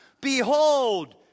Behold